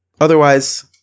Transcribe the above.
Otherwise